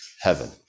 heaven